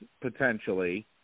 potentially